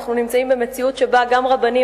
אנחנו נמצאים במציאות שבה גם רבנים